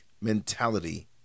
mentality